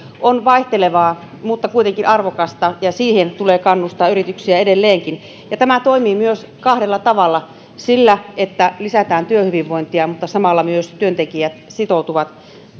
on vaihtelevaa mutta se on kuitenkin arvokasta ja siihen tulee kannustaa yrityksiä edelleenkin ja tämä toimii kahdella tavalla niin että lisätään työhyvinvointia mutta samalla myös työntekijät sitoutuvat